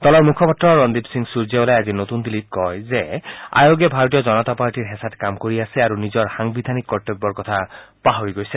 দলৰ মুখপাত্ৰ ৰণদীপ সিং সুৰ্যেৱালাই আজি নতুন দিল্লীত কয় যে আয়োগে ভাৰতীয় জনতা পাৰ্টীৰ হেঁচাত কাম কৰি আছে আৰু নিজৰ সাংবিধানিক কৰ্তব্যৰ কথা পাহৰি গৈছে